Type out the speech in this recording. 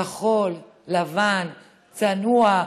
כחול, לבן, צנוע.